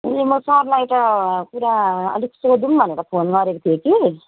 ए म सरलाई त कुरा अलिकति सोधौँ भनेर फोन गरेको थिएँ कि